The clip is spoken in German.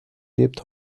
lebt